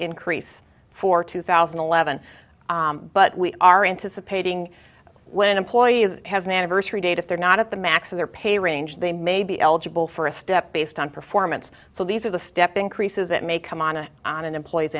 increase for two thousand and eleven but we are anticipating when employees has an anniversary date if they're not at the max of their pay range they may be eligible for a step based on performance so these are the step increases that may come on a on an employer's